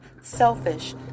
selfish